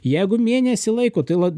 jeigu mėnesį laiko tai lad